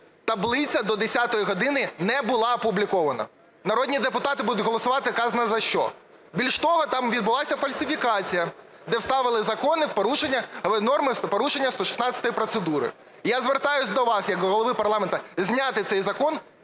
таблиця до 10 години не була опублікована. Народні депутати будуть голосувати казна за що. Більше того, там відбулася фальсифікація, де вставили закони в порушення норми, в порушення 116-ї, процедури. Я звертаюся до вас як до Голови парламенту, зняти цей закон,